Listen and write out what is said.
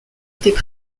étaient